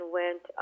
went